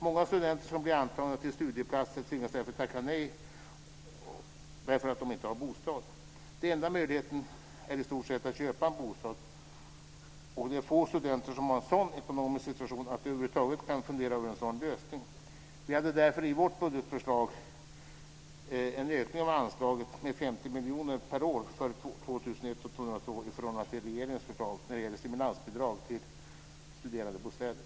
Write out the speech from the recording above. Många studenter som blir antagna till studieplatser tvingas tacka nej därför att de inte har en bostad. Den enda möjligheten är i stort sett att köpa en bostad - och det är få studenter som har en sådan ekonomisk situation att de över huvud taget kan fundera över en sådan lösning. Vi har därför i vårt budgetförslag en ökning av anslaget med 50 miljoner per år för 2001 och 2002 i förhållande till regeringens förslag när det gäller stimulansbidrag till studentbostäder.